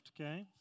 okay